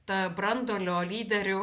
ta branduolio lyderių